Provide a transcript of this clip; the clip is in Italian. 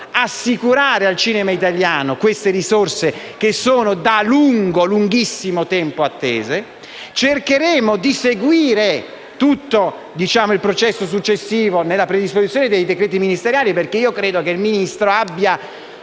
assicurare al cinema italiano queste risorse, che sono attese da lunghissimo tempo. Cercheremo di seguire tutto il processo successivo nella predisposizione dei decreti ministeriali, perché credo che il Ministro abbia